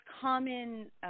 common